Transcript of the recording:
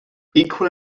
equal